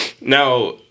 Now